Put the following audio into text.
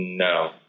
No